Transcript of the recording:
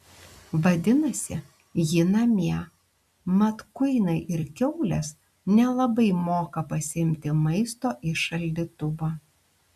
vadinasi ji namie mat kuinai ir kiaulės nelabai moka pasiimti maisto iš šaldytuvo